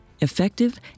effective